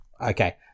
Okay